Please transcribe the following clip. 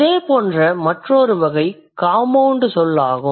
இதேபோன்ற மற்றொரு வகை காம்பவுண்ட் சொல் ஆகும்